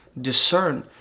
discern